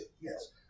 Yes